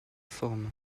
forme